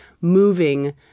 moving